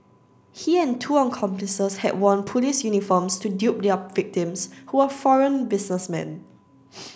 he and two accomplices had worn police uniforms to dupe their victims who were foreign businessmen